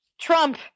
Trump